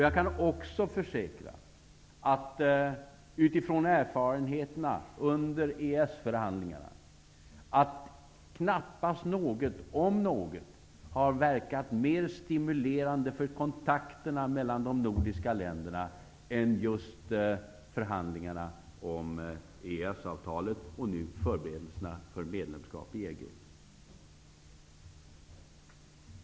Jag kan också utifrån erfarenheterna från EES förhandlingarna försäkra att knappast något har verkat så stimulerande för kontakterna mellan de nordiska länderna som just förhandlingarna om EES-avtalet, och nu förberedelserna för medlemskap i EG.